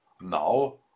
Now